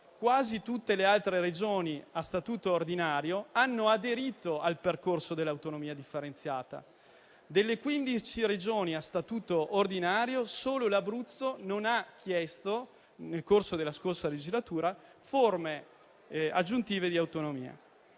quasi tutte le altre Regioni a statuto ordinario hanno aderito al percorso dell'autonomia differenziata. Delle quindici Regioni a statuto ordinario solo l'Abruzzo non ha chiesto, nel corso della scorsa legislatura, forme aggiuntive di autonomia.